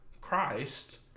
Christ